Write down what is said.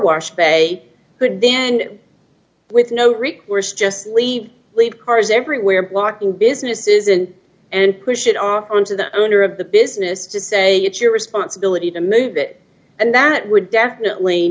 could then with no recourse just leave leave cars everywhere blocking businesses in and push it on our own to the owner of the business to say it's your responsibility to move it and that would definitely